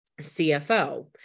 CFO